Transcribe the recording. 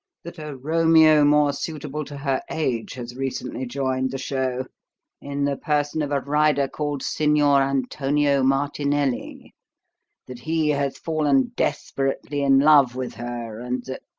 that a romeo more suitable to her age has recently joined the show in the person of a rider called signor antonio martinelli that he has fallen desperately in love with her, and that